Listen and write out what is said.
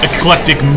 Eclectic